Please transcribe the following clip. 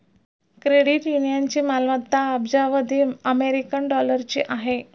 credit युनियनची मालमत्ता अब्जावधी अमेरिकन डॉलरची आहे